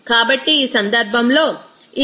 కాబట్టి ఈ సందర్భంలో ఇది మీ 0